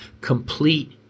Complete